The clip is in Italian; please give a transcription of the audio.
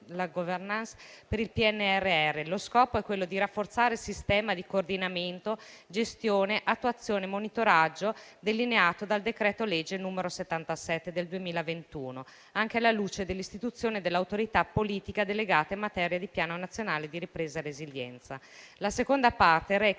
della *governance* per il PNRR; lo scopo è quello di rafforzare il sistema di coordinamento, gestione, attuazione e monitoraggio delineato dal decreto-legge n. 77 del 2021, anche alla luce dell'istituzione dell'autorità politica delegata in materia di Piano nazionale di ripresa e resilienza. La seconda parte reca